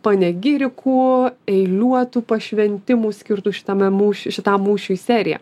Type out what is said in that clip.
panegirikų eiliuotų pašventimų skirtų šitame mūšy šitam mūšiui serija